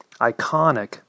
iconic